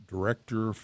Director